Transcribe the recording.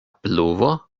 pluvo